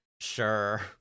Sure